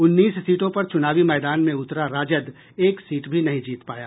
उन्नीस सीटों पर चूनावी मैदान में उतरा राजद एक सीट भी नहीं जीत पाया